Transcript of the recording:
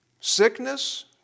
Sickness